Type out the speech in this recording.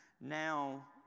Now